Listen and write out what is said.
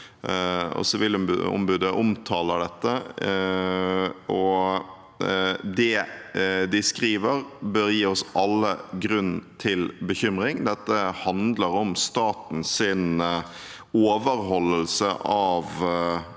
Sivilombudet omtaler dette, og det de skriver, bør gi oss alle grunn til bekymring. Dette handler om statens overholdelse av